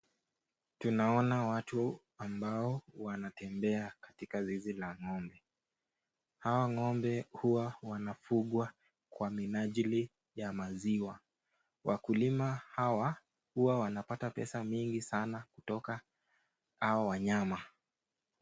Tunaona watu ambao wanatembea katika zizi la ng'ombe, hawa ng'ombe huwa wanafugwa kwa minajili ya maziwa. Wakulima hawa hua wanapata pesa mingi sana kutoka hawa wanyama.